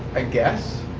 i guess.